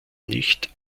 nicht